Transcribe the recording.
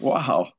Wow